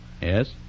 Yes